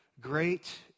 Great